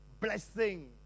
Blessing